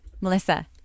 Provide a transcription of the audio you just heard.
Melissa